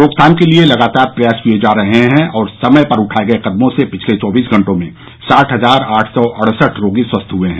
रोकथाम के लिए लगातार प्रयास किये जा रहे और समय पर उठाये गये कदमों से पिछले चौबीस घटों में साठ हजार आठ सौ अड़सठ रोगी स्वस्थ हुए हैं